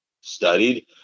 studied